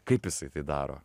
kaip jisai tai daro